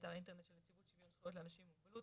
באתר האינטרנט של נציבות שוויון זכויות לאנשים עם מוגבלות